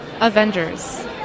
Avengers